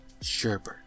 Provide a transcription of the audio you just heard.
Sherbert